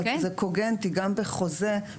זה קוגנטי גם בחוזה,